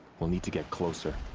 we'll need to get closer.